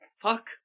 Fuck